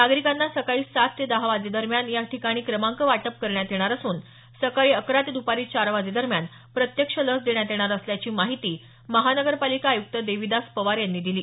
नागरिकांना सकाळी सात ते दहा वाजेदरम्यान या ठिकाणी क्रमांक वाटप करण्यात येणार असून सकाळी अकरा ते दुपारी चार वाजेदरम्यान प्रत्यक्ष लस देण्यात येणार असल्याची माहिती महापालिका आयुक्त देविदास पवार यांनी दिली